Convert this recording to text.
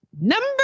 Number